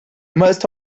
must